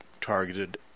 targeted